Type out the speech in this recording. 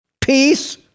Peace